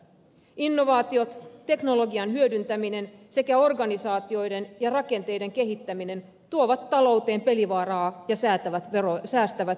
innovaatiot teknologian hyödyntäminen sekä organisaatioiden ja rakenteiden kehittäminen tuovat talouteen pelivaraa ja säästävät veroeuroja